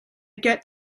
get